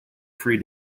free